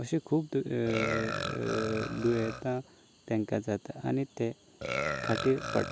खूब दुयेंसां तांकां जातात आनी ते खाटीर पडटात